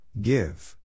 Give